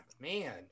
man